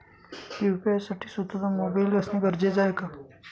UPI साठी स्वत:चा mobile असणे गरजेचे आहे का?